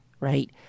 Right